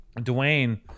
dwayne